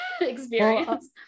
experience